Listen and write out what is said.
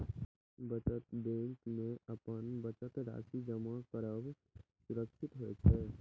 बचत बैंक मे अपन बचत राशि जमा करब सुरक्षित होइ छै